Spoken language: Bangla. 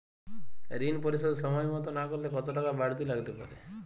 ঋন পরিশোধ সময় মতো না করলে কতো টাকা বারতি লাগতে পারে?